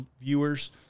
viewers